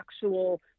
actual